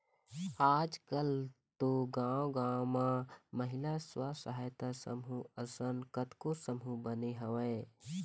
आजकल तो गाँव गाँव म महिला स्व सहायता समूह असन कतको समूह बने हवय